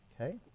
Okay